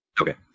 Okay